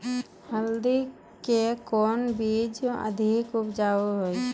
हल्दी के कौन बीज अधिक उपजाऊ?